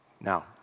Now